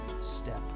step